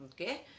okay